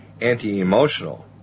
anti-emotional